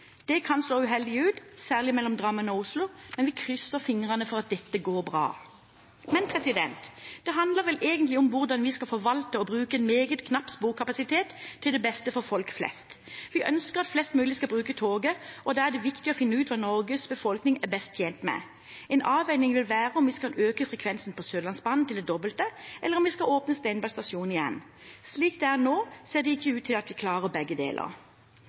Det kan slå uheldig ut, særlig mellom Drammen og Oslo, men vi krysser fingrene for at dette går bra. Dette handler vel egentlig om hvordan vi skal forvalte og bruke en meget knapp sporkapasitet til det beste for folk flest. Vi ønsker at flest mulig skal bruke toget, og da er det viktig å finne ut hva Norges befolkning er best tjent med. En avveining vil være om vi skal øke frekvensen på Sørlandsbanen til det dobbelte, eller om vi skal åpne Steinberg stasjon igjen. Slik det er nå, ser det ikke ut til at vi klarer begge deler.